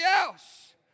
else